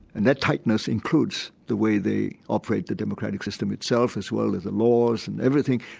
and that tightness includes the way they operate the democratic system itself as well as the laws and everything.